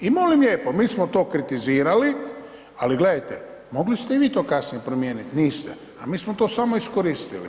I molim lijepo mi smo to kritizirali, ali gledajte mogli ste i vi to kasnije promijeniti, niste, a mi smo to samo iskoristili.